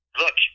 look